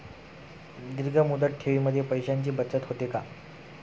दीर्घ मुदत ठेवीमध्ये पैशांची बचत होते का?